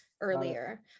earlier